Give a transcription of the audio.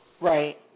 Right